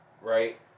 right